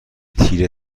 تیره